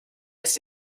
lässt